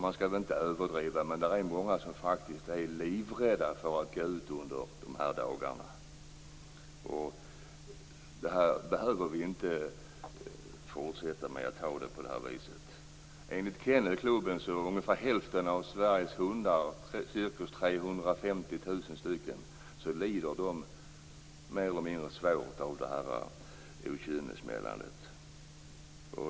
Man skall inte överdriva, men många är faktiskt livrädda för att gå ut under de här dagarna. Vi behöver inte fortsätta med att ha det på det här viset. Sveriges hundar, ca 350 000 hundar, mer eller mindre svårt av okynnessmällandet.